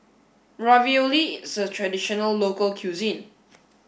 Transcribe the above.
Ravioli is a traditional local cuisine